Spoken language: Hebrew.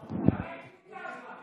מה אתה